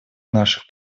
наших